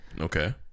Okay